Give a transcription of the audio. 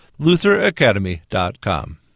lutheracademy.com